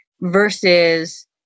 Versus